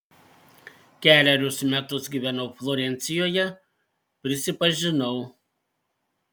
kelerius metus gyvenau florencijoje prisipažinau